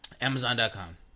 Amazon.com